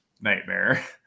nightmare